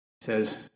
Says